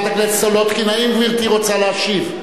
חברת הכנסת סולודקין, האם גברתי רוצה להשיב?